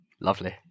lovely